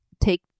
take